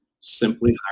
simply